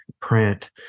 Print